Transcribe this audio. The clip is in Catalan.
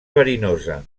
verinosa